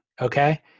Okay